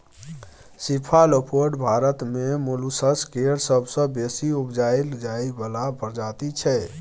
cephalopod Bharat मे molluscs केर सबसँ बेसी उपजाएल जाइ बला प्रजाति छै